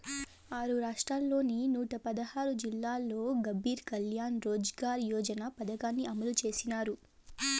ఆరు రాష్ట్రాల్లోని నూట పదహారు జిల్లాల్లో గరీబ్ కళ్యాణ్ రోజ్గార్ యోజన పథకాన్ని అమలు చేసినారు